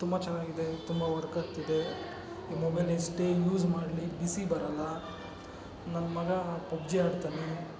ತುಂಬ ಚೆನ್ನಾಗಿದೆ ತುಂಬ ವರ್ಕ್ ಆಗ್ತಿದೆ ಈ ಮೊಬೈಲ್ ಎಷ್ಟೇ ಯೂಸ್ ಮಾಡಲಿ ಬಿಸಿ ಬರಲ್ಲ ನನ್ನ ಮಗ ಪಬ್ಜಿ ಆಡ್ತಾನೆ